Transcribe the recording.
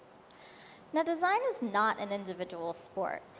now, design is not an individual sport.